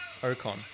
Ocon